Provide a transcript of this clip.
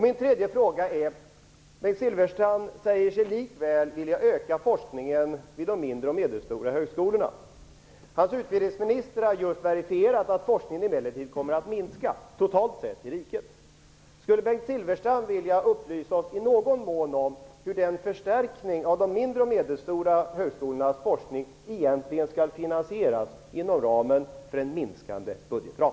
Min tredje fråga är: Bengt Silfverstrand säger sig likväl vilja öka forskningen vid de mindre och medelstora högskolorna. Hans utbildningsminister har emellertid just verifierat att forskningen totalt sett kommer att minska i riket. Skulle Bengt Silfverstrand i någon mån vilja upplysa oss om hur förstärkningen av de mindre och medelstora högskolornas forskning egentligen skall finansieras inom ramen för en minskande budgetram?